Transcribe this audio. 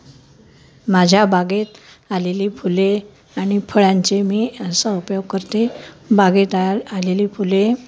माझ्या बागेत आलेली फुले आणि फळांचे मी असा उपयोग करते बागेत आ आलेली फुले